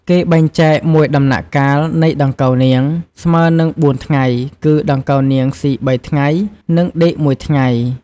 គេបែងចែកមួយដំណាក់កាលនៃដង្កូវនាង ស្មើនឹងបួនថ្ងៃ គឺដង្កូវនាងស៊ី៣ថ្ងៃ និងដេកមួយថ្ងៃ។